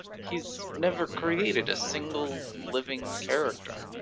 he has never created a single living character.